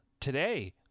Today